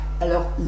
Alors